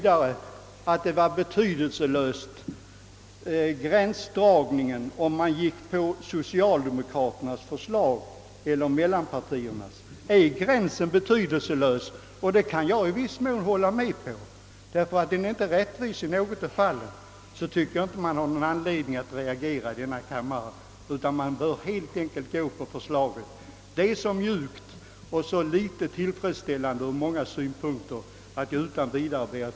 Herr Ringaby sade vidare att gränsdragningen mellan socialdemokraternas och mellanpartiernas förslag var betydelselös. Men om gränsen är betydelselös — och jag kan i viss mån hålla med om att den är det, ty den är inte rättvis i något av fallen — så tycker jag inte man har anledning att reagera i denna kammare, utan då bör man ansluta sig till utskottets förslag. Detta är mycket litet ingripande och ur många synpunkter mycket litet tillfredsställande.